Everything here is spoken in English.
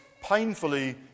painfully